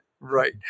right